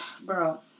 bro